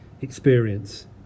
experience